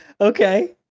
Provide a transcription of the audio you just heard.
okay